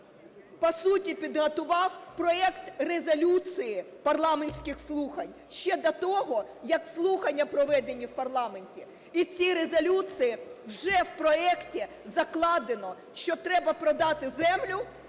по суті, підготував проект резолюції парламентських слухань ще до того, як слухання проведенні в парламенті. І в цій резолюції вже, в проекті, закладено, що треба продати землю